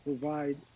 provide